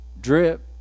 Drip